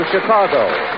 Chicago